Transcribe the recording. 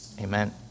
Amen